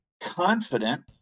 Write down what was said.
confident